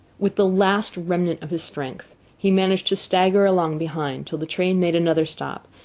with the last remnant of his strength he managed to stagger along behind till the train made another stop,